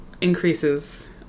increases